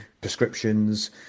prescriptions